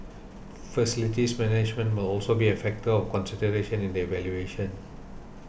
facilities management will also be a factor of consideration in the evaluation